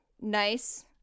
nice